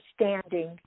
understanding